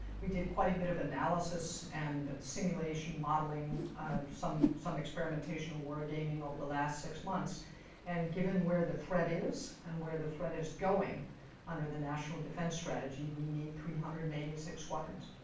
we did quite a bit of analysis and simulation modelling some some experimentational war-gaming over the last six months and and given where the threat is and where the threat is going under the national defense strategy we need three hundred and eighty six squadrons.